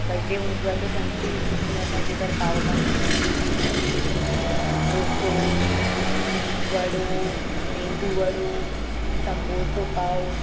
Sunday हूंदो आहे Sunday जे ॾींहुं असांजे घर पाव भाजी इटली डोसो वड़ो मेंदू वड़ो संबोसो पाव